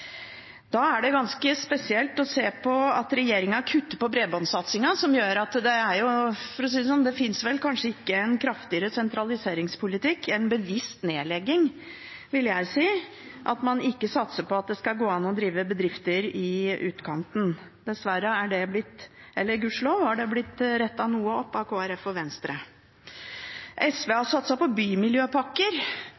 Da er det ganske spesielt å se at regjeringen kutter på bredbåndsatsingen. Det finnes vel kanskje ikke en kraftigere sentraliseringspolitikk – en bevisst nedlegging, vil jeg si – det at man ikke satser på at det skal gå an å drive bedrifter i utkantene. Gudskjelov har det blitt rettet noe opp av Kristelig Folkeparti og Venstre. SV har